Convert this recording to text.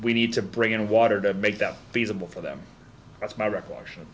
we need to bring in water to make that feasible for them that's my recollection